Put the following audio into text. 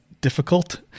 difficult